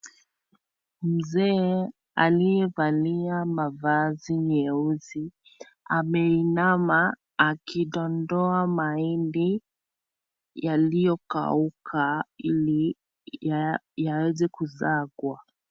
Mzee aliyevalia mavazi nyeusi ameinama akidondoa mahindi yaliyokauka ili yaweze kusiagwa.